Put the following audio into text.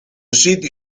sitio